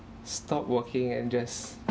stop working and just